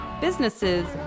businesses